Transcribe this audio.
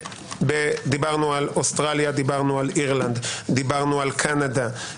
יש שני בתי --- יש בחירות אזוריות או אין?